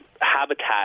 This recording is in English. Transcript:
habitat